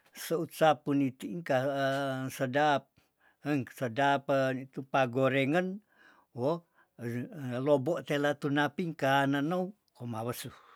Seut sapu nitingka sedap eng sedap pe ni tupa gorengen woh re lobo tela tunapingka neneou komawesuh.